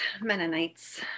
Mennonites